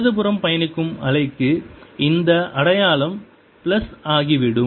இடதுபுறம் பயணிக்கும் அலைக்கு இந்த அடையாளம் பிளஸ் ஆகிவிடும்